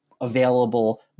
available